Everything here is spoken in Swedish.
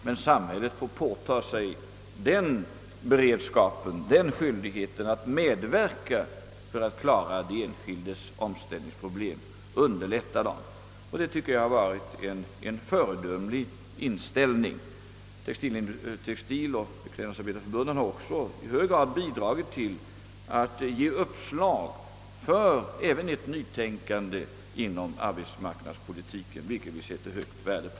Men samhället får påta sig skyldigheten att underlätta den enskildes omställningsproblem. Detta tycker jag har varit en föredömlig inställning. Textiloch beklädnadsarbetareförbundet har i hög grad bidragit till att ge uppslag för ett nytänkande inom arbetsmarknadspolitiken, vilket vi sätter stort värde på.